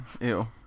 Ew